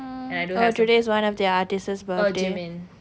oh today's one of their artist's birthday